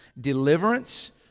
Deliverance